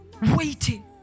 waiting